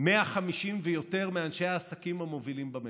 יותר מ-150 אנשי העסקים המובילים במשק.